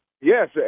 Yes